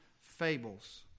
fables